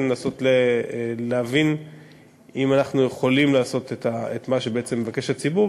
לנסות להבין אם אנחנו יכולים לעשות את מה שבעצם מבקש הציבור,